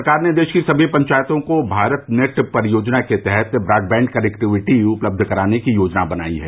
सरकार ने देश की सभी पंचायतों को भारतनेट परियोजना के तहत ब्रॉडबैंड केनेक्टिविटी उपलब्ध कराने की योजना बनाई है